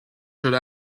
should